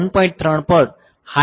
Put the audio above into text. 3 પર હાઈ મોકલશે